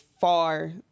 far